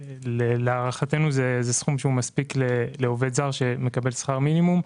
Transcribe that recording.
שלהערכתנו זה סכום שהוא מספיק לעובד זר שמקבל שכר מינימום,